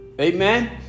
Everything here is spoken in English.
Amen